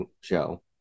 show